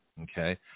Okay